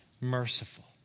merciful